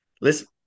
listen